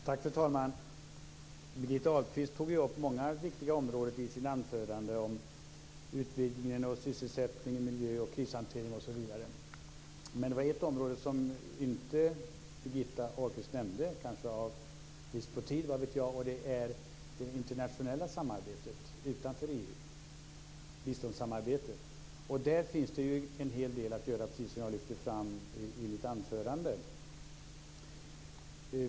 Fru talman! Birgitta Ahlqvist tog upp många viktiga områden i sitt anförande: utvidgningen, sysselsättningen, miljö, krishantering, osv. Men det var ett område som Birgitta Ahlqvist inte nämnde, kanske på grund av brist på tid - vad vet jag - och det är det internationella samarbete utanför EU, dvs. biståndssamarbetet. Där finns det en hel del att göra, precis som jag lyfte fram i mitt anförande.